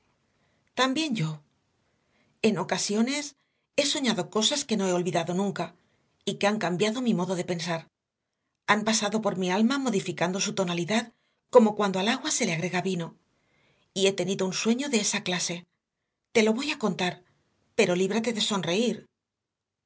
también yo en ocasiones he soñado cosas que no he olvidado nunca y que han cambiado mi modo de pensar han pasado por mi alma modificando su tonalidad como cuando al agua se le agrega vino y he tenido un sueño de esa clase te lo voy a contar pero líbrate de sonreír